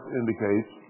indicates